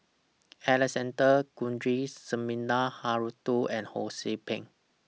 Alexander Guthrie Sumida Haruzo and Ho See Beng